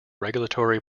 regulatory